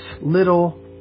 little